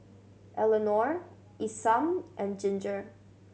Eleonore Isam and Ginger